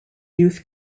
youth